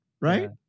right